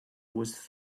was